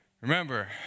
Remember